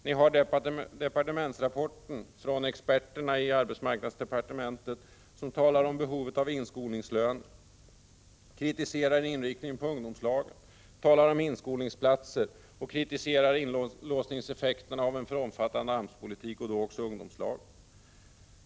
Ni har en departementsrapport från experterna i arbetsmarknadsdepartementet, som talar om behovet av inskolningslöner, kritiserar inriktningen på ungdomslagen, talar om inskolningsplatser och kritiserar inlåsningseffekterna av en för omfattande AMS-politik, vilket även gäller ungdomslagen. Fru talman!